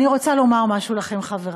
אני רוצה לומר משהו לכם, חברי.